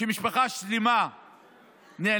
שמשפחה שלמה נעלמה,